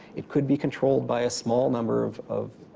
it could be controlled by a small number of of